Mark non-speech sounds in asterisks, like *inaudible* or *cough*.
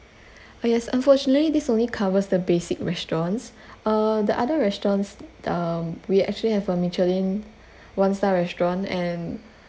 *breath* uh yes unfortunately this only covers the basic restaurants *breath* uh the other restaurants um we actually have a michelin *breath* one star restaurant and